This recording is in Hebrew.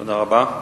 תודה רבה,